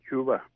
Cuba